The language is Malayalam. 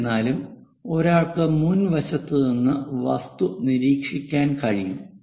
എന്നിരുന്നാലും ഒരാൾക്ക് മുൻവശത്ത് നിന്ന് വസ്തു നിരീക്ഷിക്കാൻ കഴിയും